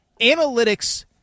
Analytics